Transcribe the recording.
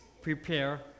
prepare